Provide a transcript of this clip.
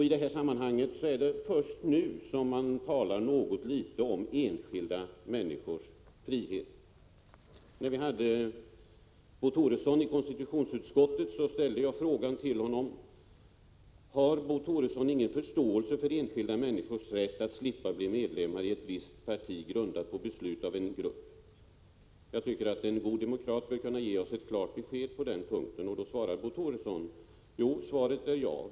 I detta sammanhang är det först nu som man talar något litet om enskilda människors frihet. Vid Bo Toressons besök i konstitutionsutskottet ställde jag denna fråga till honom: Har Bo Toresson ingen förståelse för enskilda människors rätt att slippa bli medlemmar i ett visst parti grundat på beslut av en grupp? Jag tycker att en god demokrat bör kunna ge oss ett klart besked på den punkten. Då svarade Bo Toresson: Svaret är ja.